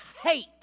hate